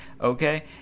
okay